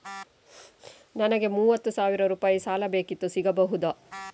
ನನಗೆ ಮೂವತ್ತು ಸಾವಿರ ರೂಪಾಯಿ ಸಾಲ ಬೇಕಿತ್ತು ಸಿಗಬಹುದಾ?